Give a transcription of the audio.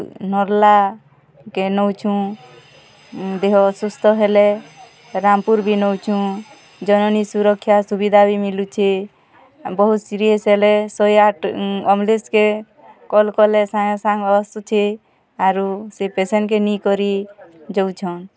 ତୁ ନର୍ଲା କେ ନେଉଛୁଁ ଦେହ ଅସୁସ୍ଥ ହେଲେ ରାମ୍ ପୁର ବି ନେଉଛୁଁ ଜନନୀ ସୁରକ୍ଷା ସୁବିଧା ବି ମିଳୁଛେ ବହୁତ୍ ସିରିୟସ୍ ହେଲେ ଶହେ ଆଠ୍ ଅଁ ଅମ୍ବୁଲାନ୍ସକେ କଲ୍ କଲେ ସଙ୍ଗେ ସଙ୍ଗେ ଆସୁଛେ ଆରୁ ସେ ପେସେଣ୍ଟକେ ନେଇ କରି ଯାଉଛନ୍